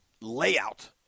layout